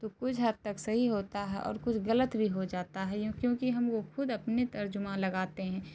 تو کچھ حد تک صحیح ہوتا ہے اور کچھ غلت بھی ہو جاتا ہے یوں کیوںکہ ہم وہ خود اپنے ترجمہ لگاتے ہیں